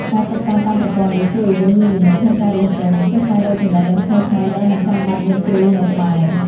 ការសិក្សាតាមប្រព័ន្ធនេះជួយឱ្យយើងមានវិន័យក្នុងការរៀនសូត្រ និងចេះស្វែងរកចំណេះដឹងថ្មីៗដោយមិនចាំបាច់មានគ្រូនៅក្បែរ។